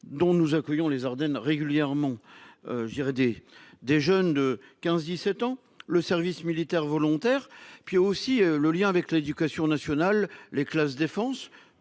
dont nous accueillons les Ardennes régulièrement. Je dirais des des jeunes de 15 17 ans le service militaire volontaire et puis aussi le lien avec l'éducation nationale les classes défense